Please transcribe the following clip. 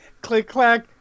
Click-clack